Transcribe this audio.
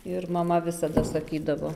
ir mama visada sakydavo